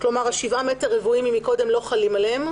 כלומר השבעה מ"ר מקודם לא חלים עליהם?